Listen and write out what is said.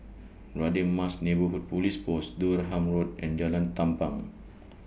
Radin Mas Neighbourhood Police Post Durham Road and Jalan Tampang